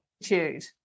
attitude